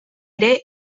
ere